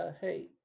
hey